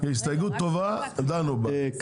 היא הסתייגות טובה, דנו בה.